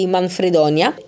Manfredonia